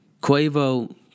Quavo